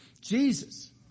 Jesus